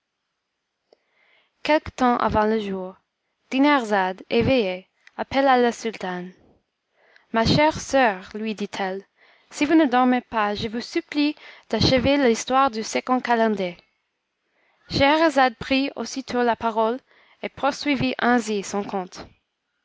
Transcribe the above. quelque temps avant le jour dinarzade éveillée appela la sultane ma chère soeur lui dit-elle si vous ne dormez pas je vous supplie d'achever l'histoire du second calender scheherazade prit aussitôt la parole et poursuivit ainsi son conte